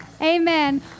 Amen